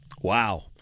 Wow